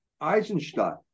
Eisenstadt